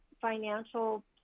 financial